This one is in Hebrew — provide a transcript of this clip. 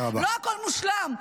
לא הכול מושלם.